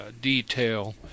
detail